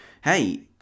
hey